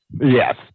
Yes